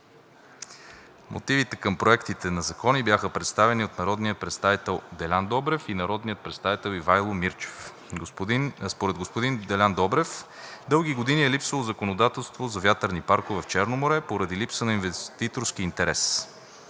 Мотивите към проектите на закони бяха представени от народния представител Делян Добрев и народния представител Ивайло Мирчев. Според господин Делян Добрев дълги години е липсвало законодателство за вятърни паркове в Черно море поради липса на инвеститорски интерес.